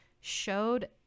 showed